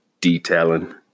detailing